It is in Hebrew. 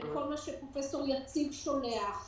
בכל מה שפרופ' יציב שולח,